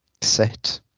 set